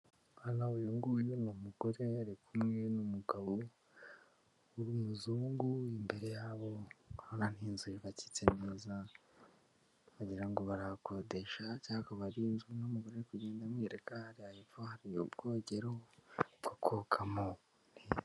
Anna uyunguyu ni umugore yari kumwe n'umugabo w'umuzungu imbere yabo urabona ni inzu yubakitse neza wagira barahakodesha cyangwa barirmmmm ati inzu n'umugore kugenda amwerekareva har i ubwogero bwokokamotera